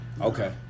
okay